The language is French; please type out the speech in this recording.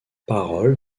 paroles